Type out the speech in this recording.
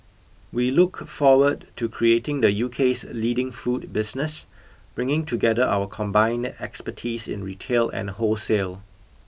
we look forward to creating the UK's leading food business bringing together our combined expertise in retail and wholesale